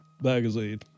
magazine